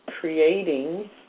creating